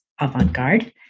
Avant-Garde